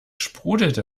sprudelte